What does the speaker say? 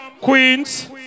Queens